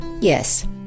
Yes